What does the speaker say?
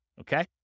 Okay